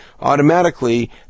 automatically